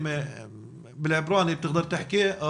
אני יכולה להגיד בסיפור אישי,